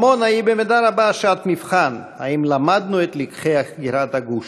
עמונה היא במידה רבה שעת מבחן: האם למדנו את לקחי עקירת הגוש?